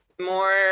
More